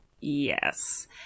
yes